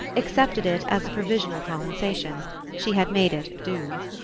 accepted it as a provisional compensation she had made it do.